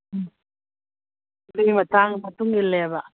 ꯎꯝ ꯑꯗꯨꯏ ꯃꯇꯨꯡꯏꯜꯂꯦꯕ